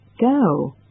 go